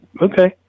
okay